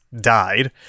died